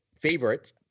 favorites